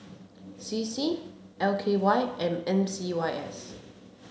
C C L K Y and M C Y S